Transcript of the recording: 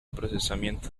procesamiento